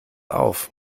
auf